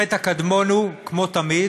החטא הקדמון, כמו תמיד,